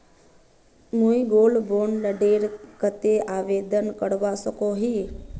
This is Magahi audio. मुई गोल्ड बॉन्ड डेर केते आवेदन करवा सकोहो ही?